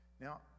Now